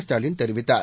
ஸ்டாலின் தெரிவித்தார்